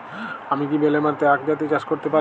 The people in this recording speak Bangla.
আমি কি বেলে মাটিতে আক জাতীয় চাষ করতে পারি?